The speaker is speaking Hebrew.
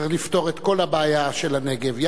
צריך לפתור את כל הבעיה של הנגב.